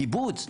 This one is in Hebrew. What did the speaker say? קיבוץ,